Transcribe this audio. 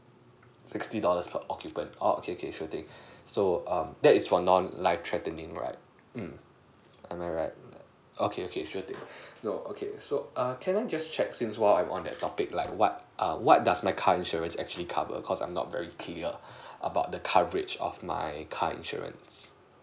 sixty dollars per occupant oh okay okay sure thing so um that is for non life threatening right um am I right okay okay sure thing no okay so err can I just check since while I'm on that topic like what err what does my car insurance actually cover cause I'm not very clear about the coverage of my car insurance